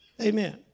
Amen